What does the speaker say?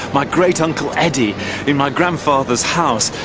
my great-uncle eddie in my grandfather's house,